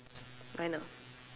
I know